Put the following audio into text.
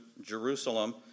Jerusalem